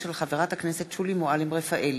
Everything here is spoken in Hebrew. של חברת הכנסת שולי מועלם-רפאלי,